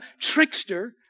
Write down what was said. trickster